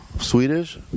Swedish